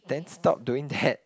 then stop doing that